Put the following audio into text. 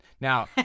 Now